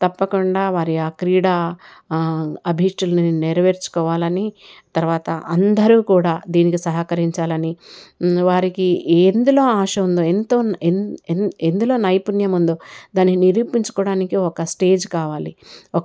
తప్పకుండా వారి ఆ క్రీడా అభీష్టాలని నెరవేర్చుకోవాలని తర్వాత అందరూ కూడా దీనికి సహకరించాలని వారికి ఎందులో ఆశ ఉందో ఎంత ఎందు ఎందులో నైపుణ్యం ఉందో దాని నిరూపించుకోవడానికి ఒక స్టేజ్ కావాలి ఒక